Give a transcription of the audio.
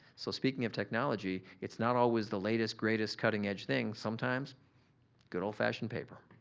so, speaking of technology, it's not always the latest, greatest, cutting edge things. sometimes good old fashioned paper.